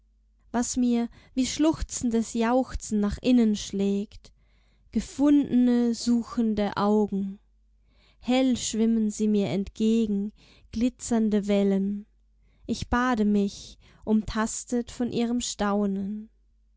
was mir wie schluchzendes jauchzen nach innen schlägt gefundene suchende augen hell schwimmen sie mir entgegen glitzernde wellen ich bade mich umtastet von ihrem staunen